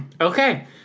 okay